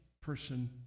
person